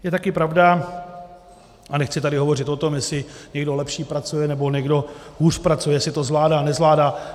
Je také pravda, a nechci tady hovořit o tom, jestli někdo lépe pracuje, nebo někdo hůř pracuje, jestli to zvládá, nezvládá.